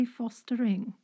fostering